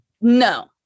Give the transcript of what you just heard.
no